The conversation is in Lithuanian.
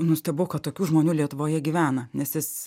nustebau kad tokių žmonių lietuvoje gyvena nes jis